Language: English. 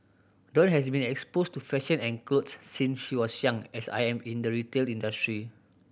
dawn has been exposed to fashion and clothes since she was young as I am in the retail industry